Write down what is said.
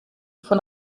von